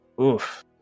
oof